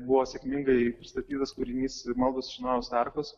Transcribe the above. buvo sėkmingai pristatytas kūrinys maldos iš nojaus arkos